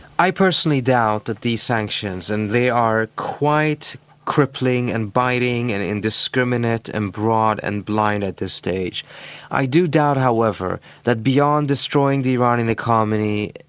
i personally doubt that these sanctions and they are quite crippling and biting and indiscriminate and broad and blind at this stage i do doubt, however, that beyond destroying the iranian economy,